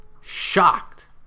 shocked